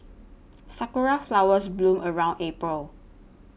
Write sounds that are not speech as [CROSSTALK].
[NOISE] sakura flowers bloom around April